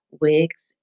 wigs